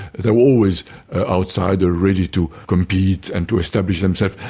there were always outsiders ready to compete and to establish themselves,